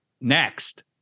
Next